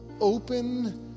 open